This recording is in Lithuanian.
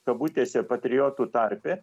kabutėse patriotų tarpe